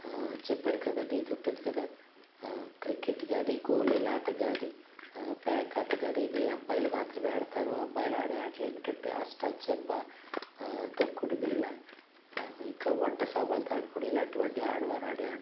చెప్పాను కదా ఇదుంటుంది కదా క్రికెట్ కానీ గోళీలాట కాని ప్యాకాట కానీ ఇవి అబ్బాయిలు మాత్రమే ఆడుతారు అమ్మాయిలు ఆడే ఆటలు ఏమిటంటే అష్టా చెమ్మ తొక్కుడు బిళ్ళ ఇంకా వంట సామానులతో ఆడుకొనే ఇలాంటివన్నీ ఆడవారు ఆడే ఆట